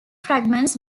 fragments